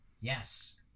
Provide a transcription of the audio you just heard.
Yes